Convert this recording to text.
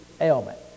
ailment